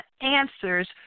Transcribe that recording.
answers